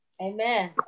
Amen